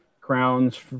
crowns